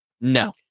No